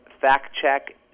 fact-check